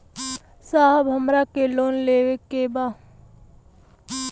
साहब हमरा के लोन लेवे के बा